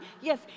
Yes